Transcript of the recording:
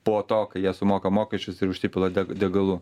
po to kai jie sumoka mokesčius ir užsipila degalų